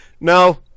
No